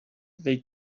they